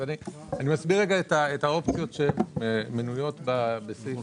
אני מסביר את האופציות שמנויות בסעיף